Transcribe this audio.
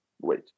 wait